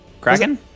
Kraken